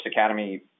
Academy